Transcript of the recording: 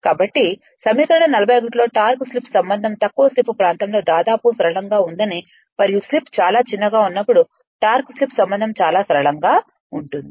కాబట్టి సమీకరణం 41 లో టార్క్ స్లిప్ సంబంధం తక్కువ స్లిప్ ప్రాంతంలో దాదాపు సరళంగా ఉందని మరియు స్లిప్ చాలా చిన్నగా ఉన్నప్పుడు టార్క్ స్లిప్ సంబంధం చాలా సరళంగా ఉంటుంది